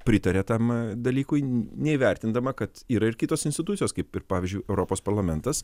pritaria tam dalykui neįvertindama kad yra ir kitos institucijos kaip ir pavyzdžiui europos parlamentas